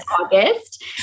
August